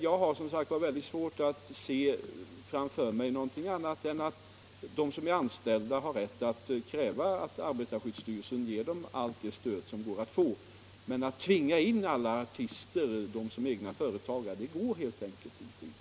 Jag har som sagt mycket svårt att tänka mig något annat och mer än att anställda kräver att arbetarskyddsstyrelsen ger dem allt det stöd som de kan få, men att tvinga in sådana artister som är egna företagare går helt enkelt inte.